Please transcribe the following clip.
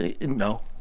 no